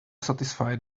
satisfy